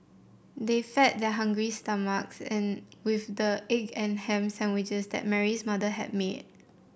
they fed their hungry stomachs with the egg and ham sandwiches that Mary's mother had made